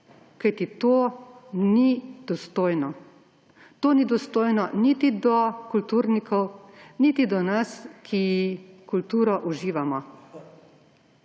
kajti to ni dostojno. To ni dostojno niti do kulturnikov niti do nas, ki kulturo uživamo.